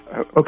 Okay